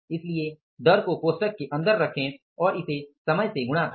इसलिए दर को कोष्ठक के अंदर रखें और इसे समय से गुणा करें